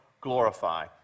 glorify